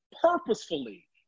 purposefully